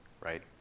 right